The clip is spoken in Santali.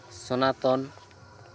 ᱥᱚᱱᱟᱛᱚᱱ